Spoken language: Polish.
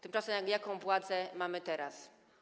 Tymczasem jaką władzę mamy teraz?